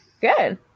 Good